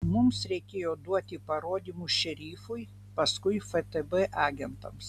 mums reikėjo duoti parodymus šerifui paskui ftb agentams